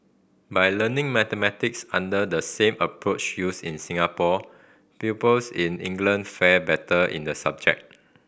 by learning mathematics under the same approach used in Singapore pupils in England fared better in the subject